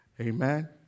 Amen